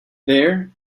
there